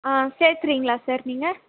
ஆ சேர்க்கறிங்ளா சார் நீங்கள்